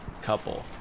couple